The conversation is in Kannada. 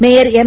mayor M